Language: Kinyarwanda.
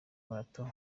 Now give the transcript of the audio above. marato